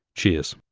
cheers.